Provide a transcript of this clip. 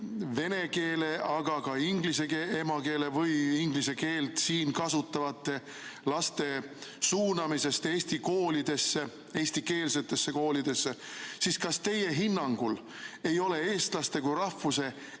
vene keelest, aga ka inglise emakeelega või inglise keelt siin kasutavate laste suunamisest eesti koolidesse, eestikeelsetesse koolidesse, siis kas teie hinnangul ei ole eestlaste kui rahvuse